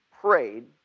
prayed